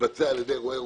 שמתבצע על ידי רועה רוחני,